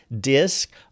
DISC